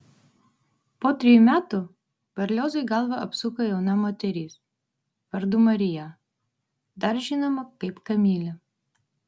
po trejų metų berliozui galvą apsuko jauna moteris vardu marija dar žinoma kaip kamilė